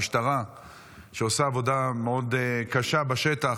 ואת המשטרה שעושה עבודה מאוד קשה בשטח.